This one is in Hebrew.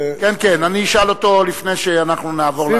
כן כן, אני אשאל אותו לפני שאנחנו נעבור להצבעה.